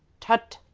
tut!